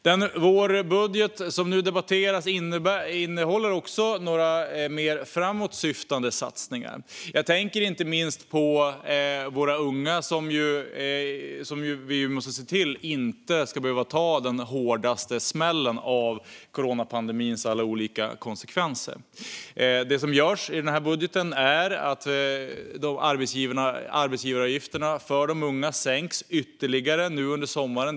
Den vårbudget som nu debatteras innehåller också några mer framåtsyftande satsningar. Jag tänker inte minst på våra unga. Vi måste se till att de inte behöver ta den hårdaste smällen av coronapandemins olika konsekvenser. Det som görs i budgeten är att arbetsgivaravgifterna för unga sänks ytterligare nu under sommaren.